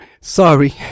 Sorry